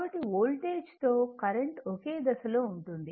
కాబట్టి వోల్టేజ్తో కరెంట్ ఒకే దశలో ఉంటుంది